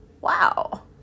Wow